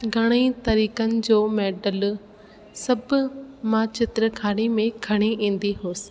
घणेई तरीक़नि जो मैडल सभ मां चित्रकारी में खणी ईंदी हुअसि